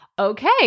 Okay